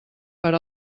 per